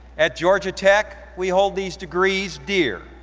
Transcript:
at georgia tech, we hold these degrees dear.